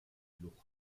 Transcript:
flucht